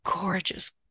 gorgeous